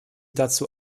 dazu